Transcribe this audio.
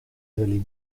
early